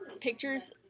pictures